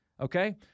okay